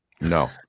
No